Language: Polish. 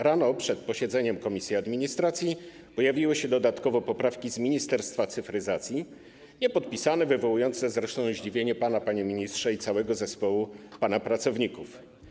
Rano, przed posiedzeniem komisji administracji, pojawiły się dodatkowo poprawki z ministerstwa cyfryzacji, niepodpisane, wywołujące zresztą zdziwienie pana, panie ministrze, i całego zespołu pana pracowników.